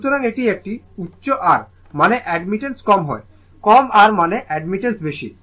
সুতরাং যদি একটি উচ্চ R মানে অ্যাডমিটেন্স কম হয় কম R মানে অ্যাডমিটেন্স বেশি